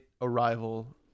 arrival